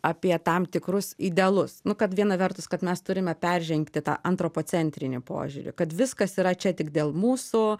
apie tam tikrus idealus nu kad viena vertus kad mes turime peržengti tą antropocentrinį požiūrį kad viskas yra čia tik dėl mūsų